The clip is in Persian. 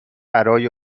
برای